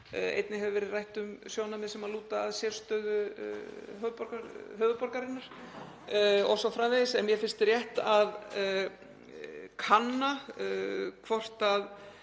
Einnig hefur verið rætt um sjónarmið sem lúta að sérstöðu höfuðborgarinnar o.s.frv. En mér finnst rétt að kanna hvort